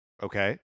Okay